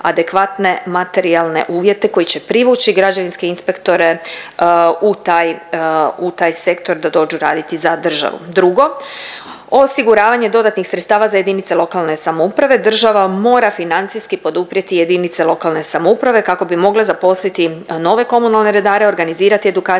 adekvatne materijalne uvjete koji će privući građevinske inspektore u taj, u taj sektor da dođu raditi za državu. Drugo, osiguravanje dodatnih sredstava za JLS, država mora financijski poduprijeti JLS kako bi mogle zaposliti nove komunalne redare, organizirati edukacije